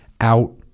out